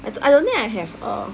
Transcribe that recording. I don't think I have a